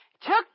took